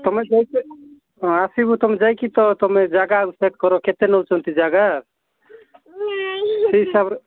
ତୁମେ ଯାଇ କି ଆସବୁ ତମେ ଯାଇ କି ତୁମେ ଜାଗା ଚେକ୍ କର କେତେ ନେଉଛନ୍ତି ଜାଗା ସେଇ ହିସାବରେ